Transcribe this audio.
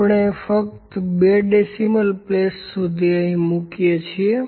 આપણે ફક્ત આ બે ડેસિમલ પ્લસ અહીં મૂકી શકીએ છીએ